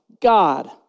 God